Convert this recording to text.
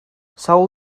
sawl